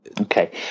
Okay